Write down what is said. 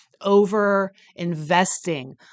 over-investing